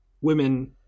women